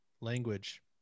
language